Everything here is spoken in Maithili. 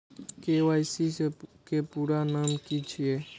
के.वाई.सी के पूरा नाम की छिय?